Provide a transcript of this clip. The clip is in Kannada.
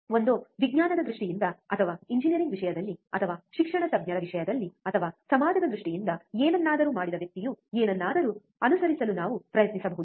ಒಂದೋ ವಿಜ್ಞಾನದ ದೃಷ್ಟಿಯಿಂದ ಅಥವಾ ಎಂಜಿನಿಯರಿಂಗ್ ವಿಷಯದಲ್ಲಿ ಅಥವಾ ಶಿಕ್ಷಣ ತಜ್ಞರ ವಿಷಯದಲ್ಲಿ ಅಥವಾ ಸಮಾಜದ ದೃಷ್ಟಿಯಿಂದ ಏನನ್ನಾದರೂ ಮಾಡಿದ ವ್ಯಕ್ತಿಯು ಏನನ್ನಾದರೂ ಅನುಸರಿಸಲು ನಾವು ಪ್ರಯತ್ನಿಸಬಹುದು